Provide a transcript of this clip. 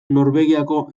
norvegiako